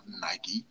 Nike